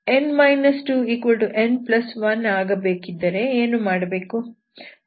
n 2n1 ಆಗಬೇಕಿದ್ದರೆ ಏನು ಮಾಡಬೇಕು